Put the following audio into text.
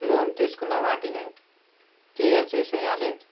loan తీసుకున్న వాటిని clear చేసేయాలి